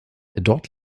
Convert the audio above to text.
dort